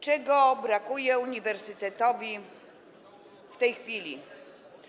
Czego brakuje uniwersytetowi w tej chwili?